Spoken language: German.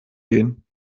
gehen